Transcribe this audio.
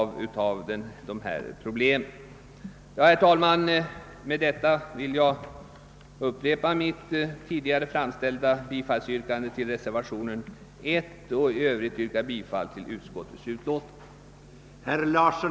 Med dessa ord vill jag upprepa mitt tidigare framställda yrkande om bifall till reservationen 1. I övrigt yrkar jag bifall till utskottets hemställan.